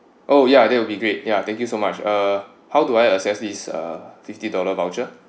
oh ya that will be great yeah thank you so much uh how do I access this uh fifty dollar voucher